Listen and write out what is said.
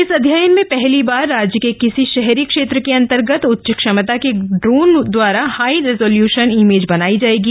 इस अध्ययन में पहली बार राज्य के किसी शहरी क्षेत्र के अंतर्गत उच्च क्षमता के ड्रोन द्वारा हाई रेसोल्यूशन इमेज बनाई जाएगी